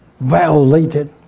violated